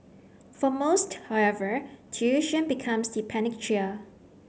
for most however tuition becomes the panacea